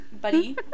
buddy